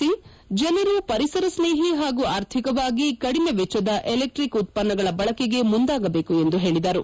ಸಿಂಗ್ ಜನರು ಪರಿಸರ ಸ್ನೇಹಿ ಹಾಗೂ ಅರ್ಥಿಕವಾಗಿ ಕಡಿಮೆ ವೆಚ್ಚದ ಎಲೆಕ್ಸಿಕ್ ಉತ್ಪನ್ನಗಳ ಬಳಕೆಗೆ ಮುಂದಾಗಬೇಕು ಎಂದು ಹೇಳಿದರು